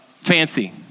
Fancy